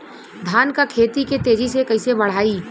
धान क खेती के तेजी से कइसे बढ़ाई?